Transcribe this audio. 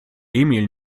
emil